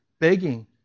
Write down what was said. begging